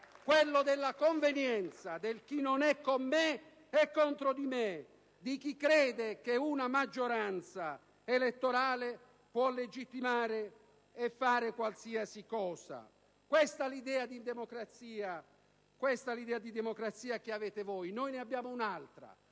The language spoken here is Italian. quello della convenienza, del chi non è con me è contro di me, di chi crede che una maggioranza elettorale può legittimare e fare qualsiasi cosa. Questa è l'idea di democrazia che avete voi. Noi ne abbiamo un'altra: